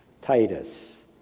Titus